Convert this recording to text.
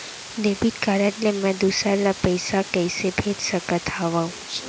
Debit card ले मैं दूसर ला पइसा कइसे भेज सकत हओं?